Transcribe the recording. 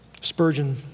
Spurgeon